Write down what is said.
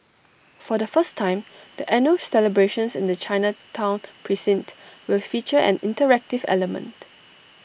for the first time the annual celebrations in the Chinatown precinct will feature an interactive element